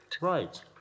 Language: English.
Right